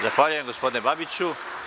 Zahvaljujem, gospodine Babiću.